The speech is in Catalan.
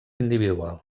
individual